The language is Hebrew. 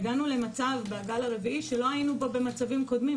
והגענו למצב בגל הרביעי שלא היינו בו במצבים קודמים,